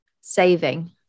saving